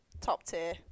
top-tier